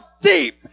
deep